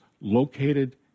located